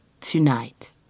tonight